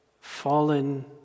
fallen